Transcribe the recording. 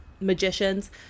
magicians